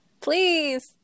Please